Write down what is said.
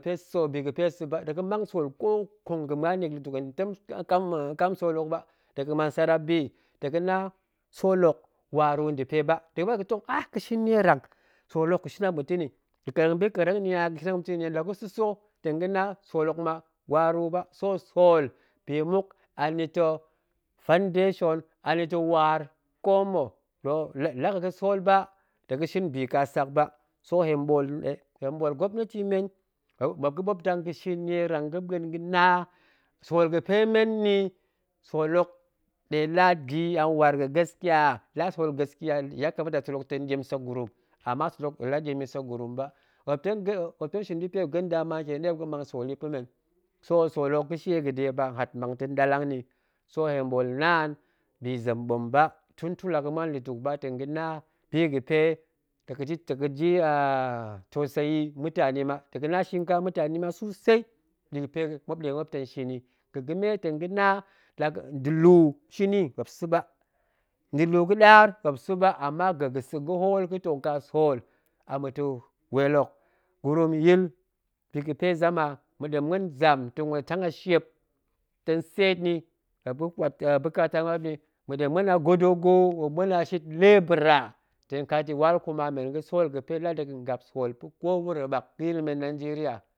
Pe sa̱ biga̱pe sa̱ ba, tong ga̱ mang sool ko kong ga̱ muan nni ga̱ lutuk a kam mma̱ a kam sool hok ba, dega̱ muan sarrap bi, ta̱ ga̱na sool hok waru nda̱pe ba, tong ga̱ba ga̱tong aa, shin nierang sool hok ga̱shin amma̱ ta̱ nni ga̱ kareng bi kareng nni a dicemting niet lagu sa̱sa̱ tong ga̱na sool hok ma waru ba so sool bi muk anita̱ fundation anita̱ waar ko mma̱, la ga̱ ga̱ sool ba tong ga̱shin bi kasak ba, so hen ɓool gwopneti men, muop ga̱ ɓop dang ga̱shin nierang na sool ga̱pe men nni, sool hok ɗe la da̱ yi a waar ga̱ gaskiyi, la a sool gaskiya yakamata sool hok tong ɗiem sek gurum, ama sool nde la diem yi sek gurum ba, muop tong ga̱ a̱, muop tong shin bi ga̱pe muop gendama ntiem ɗe muop ga̱mang sool yi pa̱ men, so sool hok ga̱shie ga̱da ba nhat mang tong ɗallang nni so hen ɓoolnaan, bi zem ɓom ba tun tun la ga̱muan lutuk ba, tong ga̱na bi ga̱pe ta gaji ta̱ ga̱ji a toseyi mutani ma ta̱ ga̱ nashin ka mutani ma sosai, bi ga̱pe muop nɗe muop tong shin yi, ga̱ ga̱me tong ga̱na laga̱ nda̱lu shini muop sa̱ ba, nda̱ lu ga̱ɗaar muop sa̱ ba, ama ga̱ gə sa gəhol gətoo ka sool amə weel hok gurum gir bi gəpe zama, maɗem muen tong muen da̱ tang a shiep tong tseet nni, muop buk buk kwat bukata muop nni ma̱ɗem muop muen a godo go muop muop a shit lebura tong kat yi while kuma men ga̱ sool ga̱pe la ade ga̱ gap sool pa̱ ko wuro ɓat ga̱yil men nenjeriya